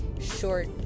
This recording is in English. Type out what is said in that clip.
short